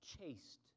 chaste